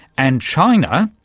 and china.